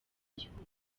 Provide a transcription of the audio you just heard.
igihugu